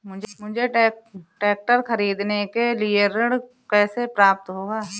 मुझे ट्रैक्टर खरीदने के लिए ऋण कैसे प्राप्त होगा?